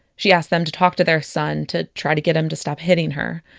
she asked them to talk to their son, to try to get him to stop hitting her.